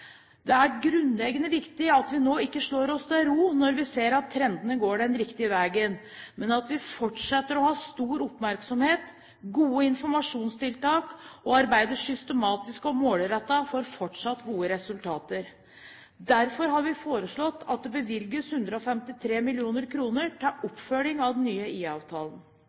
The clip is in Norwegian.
Det er grunnleggende viktig at vi nå ikke slår oss til ro når vi ser at trendene går den riktige veien, men at vi fortsetter å ha stor oppmerksomhet, gode informasjonstiltak og arbeider systematisk og målrettet for fortsatt gode resultater. Derfor har vi foreslått at det bevilges 153 mill. kr til oppfølging av den nye